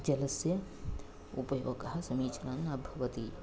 जलस्य उपयोगः समीचीनं न भवति